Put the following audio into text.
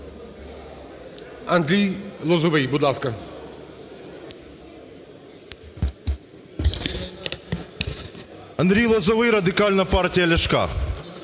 Андрій Лозовий, Радикальна партія Ляшка.